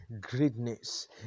greatness